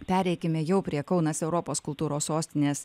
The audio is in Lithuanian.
pereikime jau prie kaunas europos kultūros sostinės